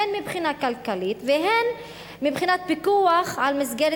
הן מהבחינה הכלכלית והן בפיקוח על מסגרת